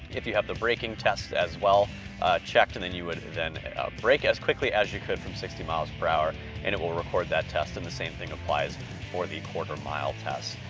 if you have the braking test as well checked, and then you would then brake as quickly as you could from sixty miles per hour and it will record that test. and the same thing applies for the quarter-mile test.